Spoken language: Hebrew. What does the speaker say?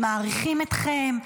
מעריכים אתכם.